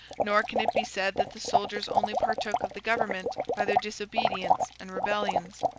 nor can it be said that the soldiers only partook of the government by their disobedience and rebellions.